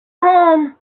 home